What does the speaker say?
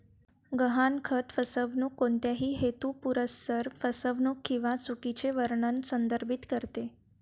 गहाणखत फसवणूक कोणत्याही हेतुपुरस्सर फसवणूक किंवा चुकीचे वर्णन संदर्भित करते